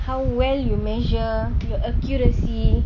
how well you measure your accuracy